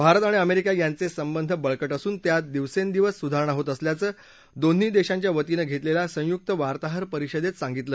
भारत आणि अमेरिका यांचे संबंध बळक असून त्यात दिवसेंदिवस सुधारणा होत असल्याचं दोन्ही देशांच्या वतीनं घेतलेल्या संयुक्त वार्ताहर परिषदेत सांगितलं